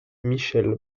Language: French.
michèle